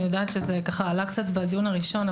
אני יודעת שזה עלה קצת בדיון הראשון,